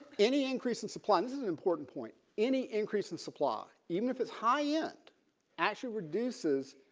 any increase in supply is is an important point. any increase in supply even if it's high end actually reduces